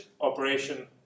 operation